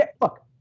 Look